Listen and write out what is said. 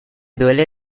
duele